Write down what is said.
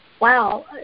wow